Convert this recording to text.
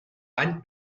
bany